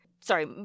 Sorry